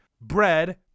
bread